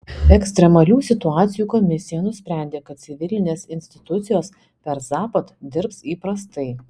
ekstremalių situacijų komisija nusprendė kad civilinės institucijos per zapad dirbs įprastai